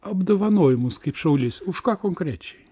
apdovanojimus kaip šaulys už ką konkrečiai